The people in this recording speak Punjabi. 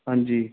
ਹਾਂਜੀ